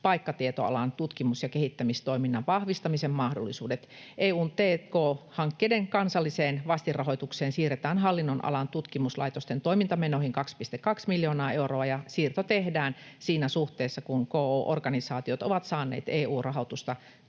paikkatietoalan tutkimus‑ ja kehittämistoiminnan vahvistamisen mahdollisuudet. EU:n t&k-hankkeiden kansalliseen vastinrahoitukseen siirretään hallinnonalan tutkimuslaitosten toimintamenoihin 2,2 miljoonaa euroa, ja siirto tehdään siinä suhteessa kuin ko. organisaatiot ovat saaneet EU-rahoitusta